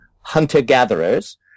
hunter-gatherers